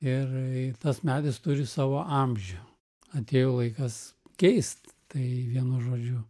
ir tas medis turi savo amžių atėjo laikas keist tai vienu žodžiu